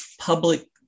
public